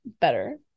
better